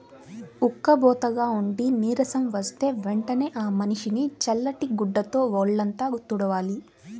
ఉక్కబోతగా ఉండి నీరసం వస్తే వెంటనే ఆ మనిషిని చల్లటి గుడ్డతో వొళ్ళంతా తుడవాలి